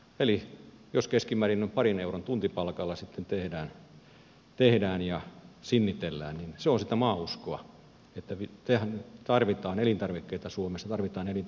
eli jos keskimäärin noin parin euron tuntipalkalla sitten tehdään ja sinnitellään niin se on sitä maauskoa että tarvitaan elintarvikkeita suomesta tarvitaan elintarvikkeita maailmalla